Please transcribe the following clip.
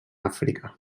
àfrica